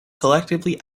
collectively